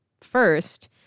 first